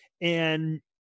And-